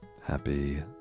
happy